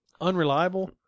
unreliable